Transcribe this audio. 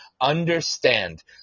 understand